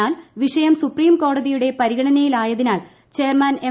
എന്നാൽ വിഷയം സുപ്രീംകോടതിയുടെ പരിഗണനയിലായതിനാൽ ചെയർമാൻ എം